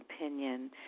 opinion